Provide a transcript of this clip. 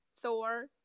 Thor